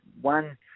One